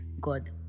God